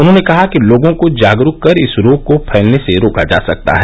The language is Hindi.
उन्होंने कहा कि लोगों को जागरूक कर इस रोग को फैलने से रोका जा सकता है